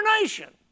nation